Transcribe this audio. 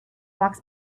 walks